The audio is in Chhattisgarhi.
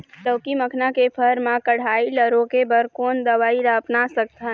लाउकी मखना के फर मा कढ़ाई ला रोके बर कोन दवई ला अपना सकथन?